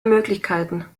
möglichkeiten